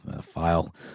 file